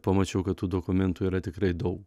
pamačiau kad tų dokumentų yra tikrai dau